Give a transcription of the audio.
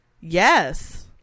Yes